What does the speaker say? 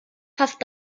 fast